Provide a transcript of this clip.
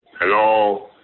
Hello